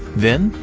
then,